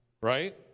right